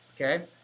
okay